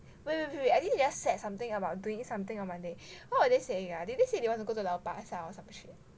wait wait wait I think they just set something about doing something on monday what were they saying ah did they say they want to go to lao pa sat or some shit